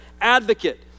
Advocate